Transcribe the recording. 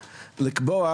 לקבוע,